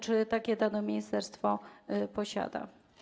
Czy takie dane ministerstwo posiada?